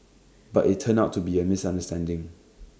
but IT turned out to be A misunderstanding